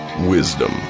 wisdom